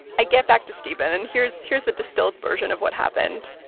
i get back to stephen. and here's here's the distilled version of what happened.